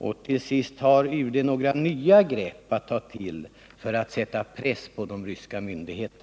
Och till sist: Har UD några nya grepp att ta till för att sätta press på de ryska myndigheterna?